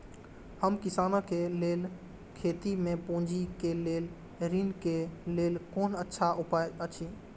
हम किसानके लेल खेती में पुंजी के लेल ऋण के लेल कोन अच्छा उपाय अछि?